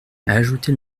ajoutez